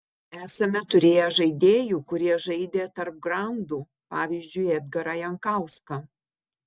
esame turėję žaidėjų kurie žaidė tarp grandų pavyzdžiui edgarą jankauską